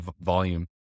volume